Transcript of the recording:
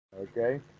Okay